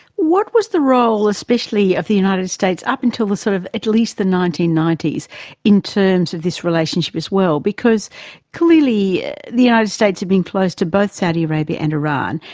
what was the role, especially of the united states, up until sort of at least the nineteen ninety s in terms of this relationship as well, because clearly the united states had been close to both saudi arabia and iran,